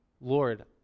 Lord